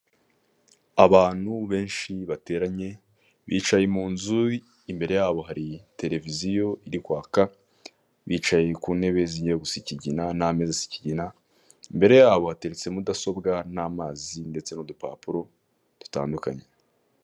Abantu benshi bateranye bicaye mu nzu imbere yabo hari tereviziyo iri kwaka, bicaye ku ntebe zigiye gusa ikigina n'ameza asa ikigina, imbere yabo hateretse mudasobwa n'amazi ndetse n'udupapuro dutandukanye.